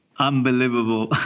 unbelievable